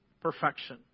perfection